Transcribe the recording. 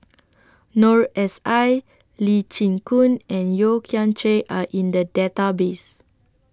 Noor S I Lee Chin Koon and Yeo Kian Chye Are in The Database